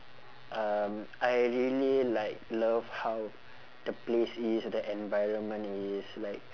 um I really like love how the place is the environment is like